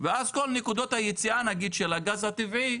ואז כל נקודות היציאה של הגז הטבעי